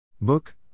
Book